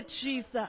Jesus